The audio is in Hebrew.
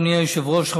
אדוני היושב-ראש,